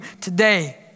today